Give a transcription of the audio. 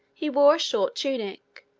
he wore a short tunic,